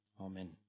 Amen